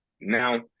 now